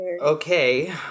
Okay